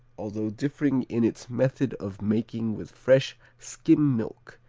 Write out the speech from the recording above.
although differing in its method of making with fresh skim milk.